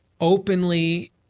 openly